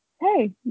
Hey